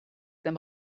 them